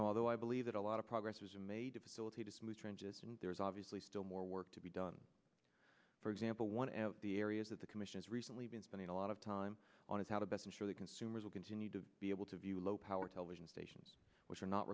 although i believe that a lot of progress was made to facilitate a smooth trenches and there is obviously still more work to be done for example one of the areas that the commission is recently been spending a lot of time on is how to best ensure that consumers will continue to be able to view low power television stations which are not